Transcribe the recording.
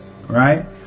right